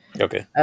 okay